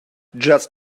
just